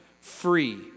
free